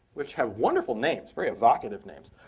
which have wonderful names, very evocative names,